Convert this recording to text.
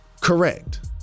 Correct